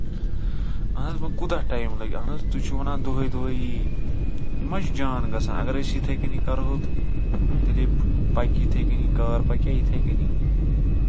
اَہن حظ وۄنۍ کوٗتاہ ٹایم لَگہِ اَہن حظ تُہۍ چھِو وَنان دُہوے دُہوے یی مہ چھُ جان گژھان اَگر أسۍ یِتھٕے کَنی کرہوے تہٕ تیٚلٕے پَکہِ یِتھٕے کَنی کار پَکیاہ یِتھٕے کَنی